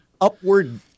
upward